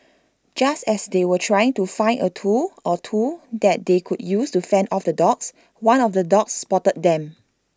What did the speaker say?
just as they were trying to find A tool or two that they could use to fend off the dogs one of the dogs spotted them